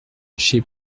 chez